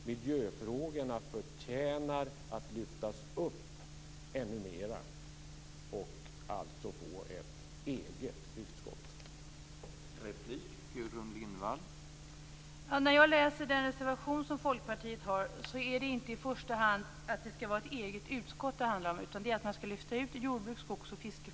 Miljöfrågorna förtjänar att lyftas upp ännu mer och alltså få ett eget utskott.